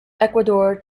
ecuador